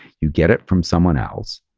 you get it from someone else.